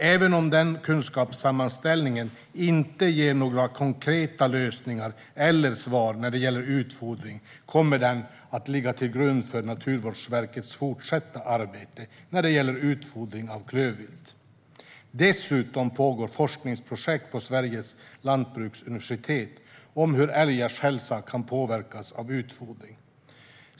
Även om denna kunskapssammanställning inte ger några konkreta lösningar eller svar när det gäller utfodring kommer den att ligga till grund för Naturvårdsverkets fortsatta arbete när det gäller utfodring av klövvilt. Dessutom pågår forskningsprojekt på Sveriges lantbruksuniversitet om hur älgars hälsa kan påverkas av utfodring.